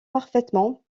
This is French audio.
parfaitement